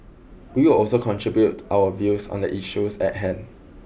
we will also contribute our views on the issues at hand